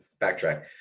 backtrack